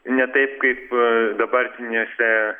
ne taip kaip dabartinėse